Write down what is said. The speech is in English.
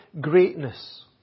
greatness